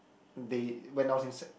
they when I was in sec